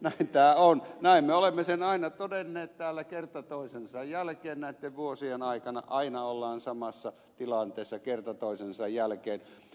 näin tämä on näin me olemme sen aina todenneet täällä kerta toisensa jälkeen näitten vuosien aikana aina ollaan samassa tilanteessa kerta toisensa jälkeen